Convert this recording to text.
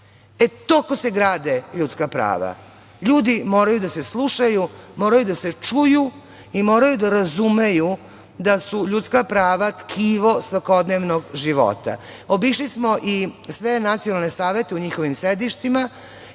se grade ljudska prava. Ljudi moraju da se slušaju, moraju da se čuju i moraju da razumeju da su ljudska prava tkivo svakodnevnog života. Obišli smo i sve nacionalne savete u njihovim sedištima